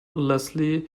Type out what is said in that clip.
leslie